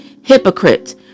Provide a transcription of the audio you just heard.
Hypocrite